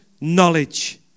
knowledge